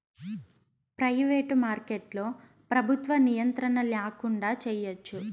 private మార్కెట్లో ప్రభుత్వ నియంత్రణ ల్యాకుండా చేయచ్చు